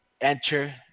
enter